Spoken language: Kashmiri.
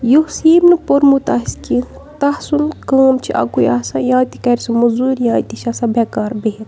یُس ییٚمۍ نہٕ پوٚرمُت آسہِ کینٛہہ تَسُنٛد کٲم چھِ اَکُے آسان یا تہِ کَرِ سُہ موٚزوٗرۍ یا تہِ چھِ آسان بٮ۪کار بِہِتھ